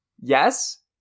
Yes